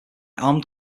armed